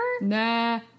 nah